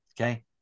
okay